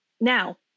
Now